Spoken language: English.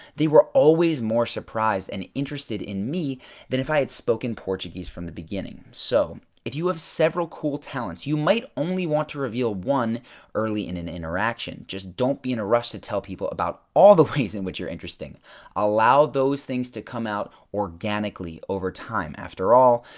they were always more surprised and interested in me than if i had spoken portuguese from the beginning. so if you have several cool talents, you might only want to reveal one early in an interaction. just don't be in a rush to tell people about all the ways in which are interesting allow those things to come out organically overtime. after all,